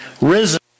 Risen